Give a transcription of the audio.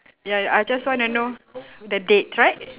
ya I just want to know the date right